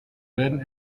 werden